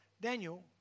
Daniel